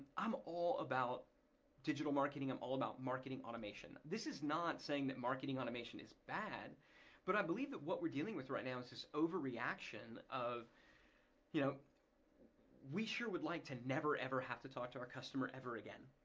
i'm all about digital marketing. i'm all about marketing automation. this is not saying marketing automation is bad but i believe that what we're dealing with right now is this over reaction of you know we sure would like to never ever have to talk to our customer ever again.